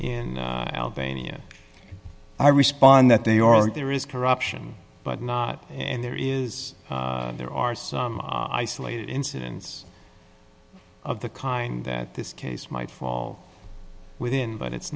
in albania i respond that they or there is corruption but not in there is there are some isolated incidents of the kind that this case might fall within but it's